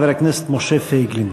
חבר הכנסת משה פייגלין.